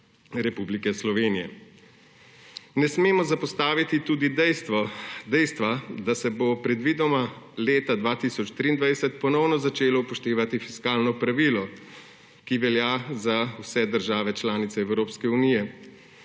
Republike Slovenije. Ne smemo zapostaviti tudi dejstva, da se bo predvidoma leta 2023 ponovno začelo upoštevati fiskalno pravilo, ki velja za vse države članice Evropske unije,